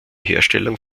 herstellung